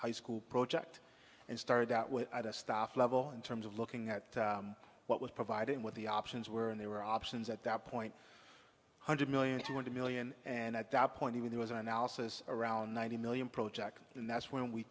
high school project and started out with a staff level in terms of looking at what was providing what the options were and there were options at that point hundred million two hundred million and at that point even there was an analysis around ninety million project and that's when we